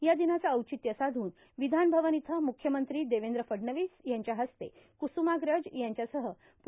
या दिनाचं और्चित्य साधून र्वावधानभवन इथं मुख्यमंत्री देवद्र फडणवीस यांच्या हस्ते कुसुमाग्रज यांच्यासह पू